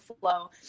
flow